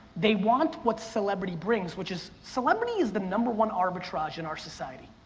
they want what celebrity brings which is, celebrity is the number one arbitrage in our society.